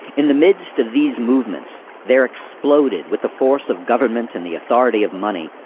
in the midst of these movements, there exploded, with the force of government and the authority of money,